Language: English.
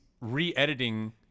re-editing